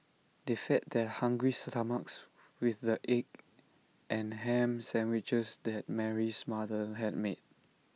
they fed their hungry stomachs with the egg and Ham Sandwiches that Mary's mother had made